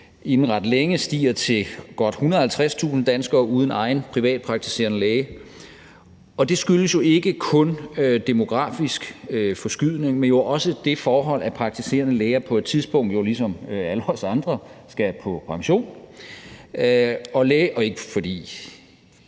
inden ret længe stiger til godt 150.000 danskere uden egen privatpraktiserende læge. Det skyldes jo ikke kun demografisk forskydning, men også det forhold, at praktiserende læger på et tidspunkt jo ligesom alle os andre skal på pension – ikke fordi